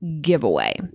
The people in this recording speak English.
giveaway